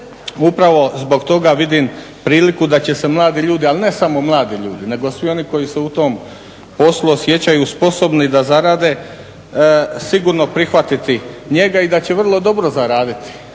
Upravo zbog toga vidim priliku da će se mladi ljudi, ali ne samo mladi ljudi nego svi oni koji se u tom poslu osjećaju sposobni da zarade sigurno prihvatiti njega i da će vrlo dobro zaraditi.